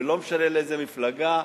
ולא משנה לאיזה מפלגה,